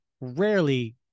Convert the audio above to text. rarely